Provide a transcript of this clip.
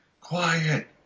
Quiet